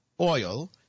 oil